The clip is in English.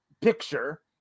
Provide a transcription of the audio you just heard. picture